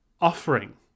offering